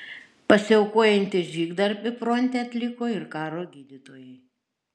pasiaukojantį žygdarbį fronte atliko ir karo gydytojai